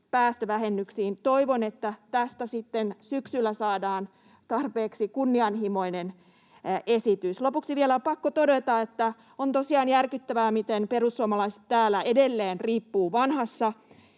päästövähennyksiin. Toivon, että tästä sitten syksyllä saadaan tarpeeksi kunnianhimoinen esitys. Lopuksi vielä on pakko todeta, että on tosiaan järkyttävää, miten perussuomalaiset täällä edelleen riippuvat vanhassa